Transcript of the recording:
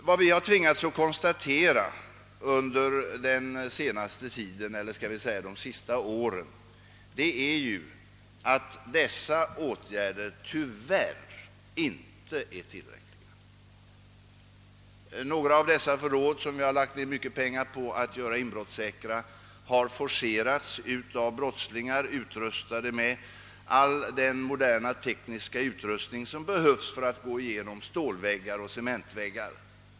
Vad vi har tvingats konstatera under de senaste åren är att dessa åtgärder tyvärr inte är tillräckliga. En del av dessa förråd, som vi har lagt ned mycket pengar på att göra inbrottssäkra, har forcerats av brottslingar utrustade med alla de moderna tekniska hjälpmedel som behövs för att tränga igenom stålväggar och cementväggar.